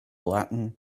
latin